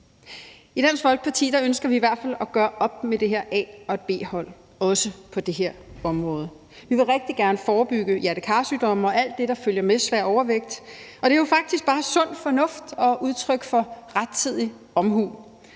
I Dansk Folkeparti ønsker vi i hvert fald at gøre op med det her A- og B-hold, også på det her område. Vi vil rigtig gerne forebygge hjerte-kar-sygdomme og alt det, der følger med svær overvægt, og det er jo faktisk bare sund fornuft og udtryk for rettidig omhu.